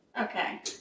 Okay